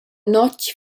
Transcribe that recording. notg